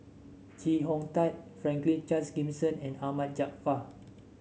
Chee Hong Tat Franklin Charles Gimson and Ahmad Jaafar